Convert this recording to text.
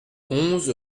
onze